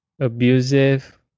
abusive